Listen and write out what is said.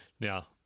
Now